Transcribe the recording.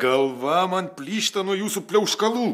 galva man plyšta nuo jūsų pliauškalų